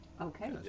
Okay